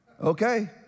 Okay